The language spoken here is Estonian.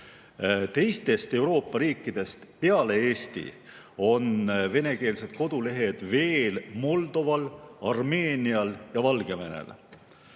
Teistest Euroopa riikidest peale Eesti on venekeelsed kodulehed veel Moldoval, Armeenial ja Valgevenel.